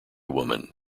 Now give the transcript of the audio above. woman